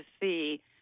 see